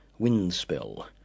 Windspell